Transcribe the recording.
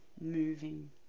Moving